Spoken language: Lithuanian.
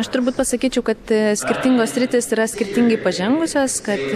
aš turbūt pasakyčiau kad skirtingos sritys yra skirtingai pažengusios kad